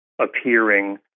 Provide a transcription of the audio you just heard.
appearing